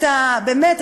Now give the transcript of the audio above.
באמת,